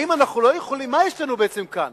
מה יש לנו כאן?